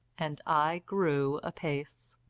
and i grew apace.